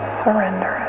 surrender